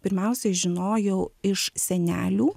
pirmiausiai žinojau iš senelių